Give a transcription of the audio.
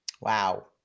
Wow